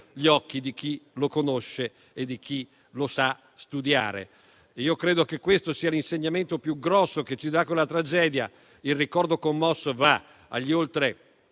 gli occhi di chi lo conosce e di chi lo sa studiare. Credo che questo sia l'insegnamento più grosso che ci dà quella tragedia. Il ricordo commosso va agli oltre